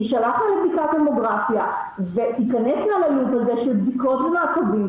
תישלחנה לבדיקות ממוגרפיה ותיכנסנה ללופ הזה של בדיקות ומעקבים.